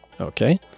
Okay